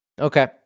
Okay